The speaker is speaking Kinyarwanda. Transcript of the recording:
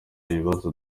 ibibazo